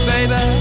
Baby